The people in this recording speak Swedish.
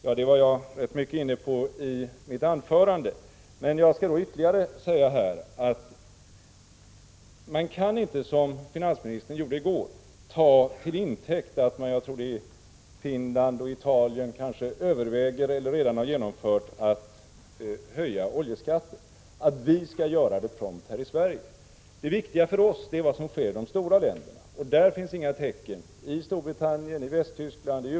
Jag var inne på det rätt mycket i mitt anförande, men jag skall säga ytterligare något. Man kaniinte, som finansministern gjorde i går, ta till intäkt att Finland och Italien överväger eller redan har genomfört höjningar av oljeskatten för att vi prompt skall göra det här i Sverige. Det viktiga för oss är vad som sker i de stora länderna — i Storbritannien, Västtyskland och USA.